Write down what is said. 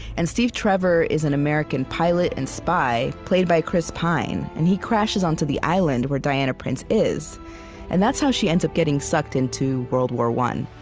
and steve trevor is an american pilot and spy played by chris pine. and he crashes onto the island where diana prince is and that's how she ends up getting sucked into world war i